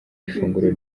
ifunguro